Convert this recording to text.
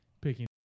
picking